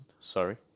Sorry